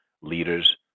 leaders